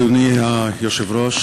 אדוני היושב-ראש,